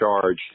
charge